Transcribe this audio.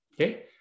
Okay